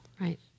Right